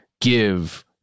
give